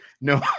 No